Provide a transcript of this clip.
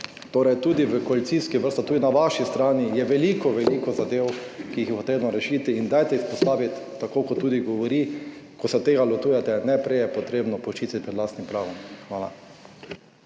torej tudi v koalicijskih vrstah, tudi na vaši strani je veliko, veliko zadev, ki jih je potrebno rešiti in dajte vzpostaviti tako kot tudi govori, ko se tega lotevate, najprej je potrebno počistiti pred lastnim pravom. Hvala.